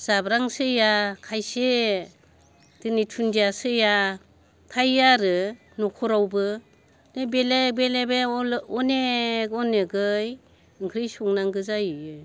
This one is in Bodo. जाब्रां सैया खायसे दिनै धुन्दिया सैया थायो आरो न'खरावबो बेले बेलेबे अनेक अनेकयै ओंख्रि संनांगौ जाहैयो